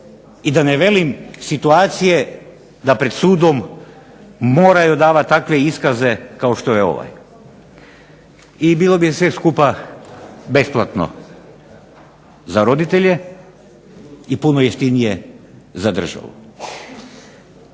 i da ne velim situacije da pred sudom moraju davati takve iskaze kao što je ovaj. I bilo bi sve skupa besplatno za roditelje i puno jeftinije za državu.